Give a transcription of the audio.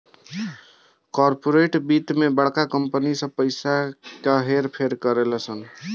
corporate वित्त मे बड़का कंपनी सब पइसा क हेर फेर करेलन सन